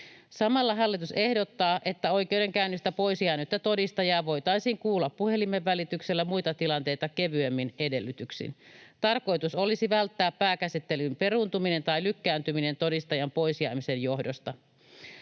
Samalla hallitus ehdottaa, että oikeudenkäynnistä pois jäänyttä todistajaa voitaisiin kuulla puhelimen välityksellä muita tilanteita kevyemmin edellytyksin. Tarkoitus olisi välttää pääkäsittelyn peruuntuminen tai lykkääntyminen todistajan pois jäämisen johdosta.